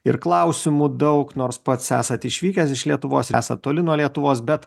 ir klausimų daug nors pats esat išvykęs iš lietuvos esat toli nuo lietuvos bet